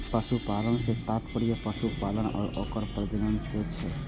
पशुपालन सं तात्पर्य पशुधन पालन आ ओकर प्रजनन सं छै